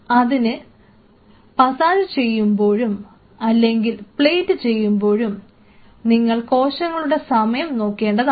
അതിനെ പസാജ് ചെയ്യുമ്പോഴും അല്ലെങ്കിൽ പ്ലേറ്റ് ചെയ്യുമ്പോഴും നിങ്ങൾ കോശങ്ങളുടെ സമയം നോക്കേണ്ടതാണ്